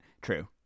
True